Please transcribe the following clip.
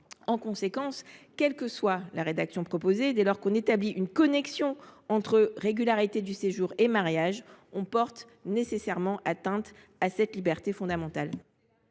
En conséquence, quelle que soit la rédaction retenue, dès lors qu’un dispositif établit une connexion entre régularité du séjour et mariage, il porte nécessairement atteinte à une liberté fondamentale.